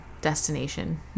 destination